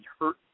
hurt